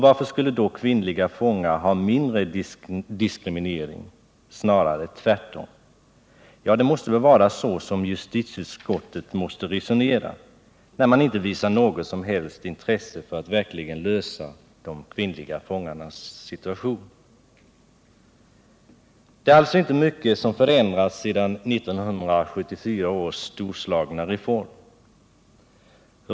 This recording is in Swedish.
Varför skulle då kvinnliga fångar vara utsatta för mindre diskriminering? Nej, snarare tvärtom. Det måste väl vara så justitieutskottet har resonerat, när det inte visar något som helst intresse för att verkligen förbättra de kvinnliga fångarnas situation. Det är alltså inte mycket som förändrats sedan 1974 års storslagna reform.